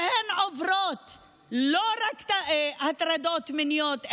הן עוברות לא רק הטרדות מיניות,